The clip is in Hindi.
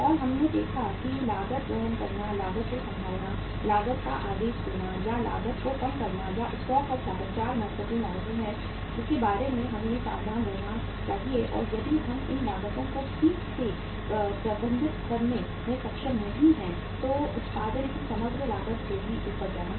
और हमने देखा कि लागत वहन करना लागत को संभालना लागत का आदेश देना या लागत को कम करना और स्टॉक आउट लागत 4 महत्वपूर्ण लागतें हैं जिनके बारे में हमें सावधान रहना चाहिए और यदि हम इन लागतों को ठीक से प्रबंधित करने में सक्षम नहीं हैं तो उत्पादन की समग्र लागत होगी ऊपर जाना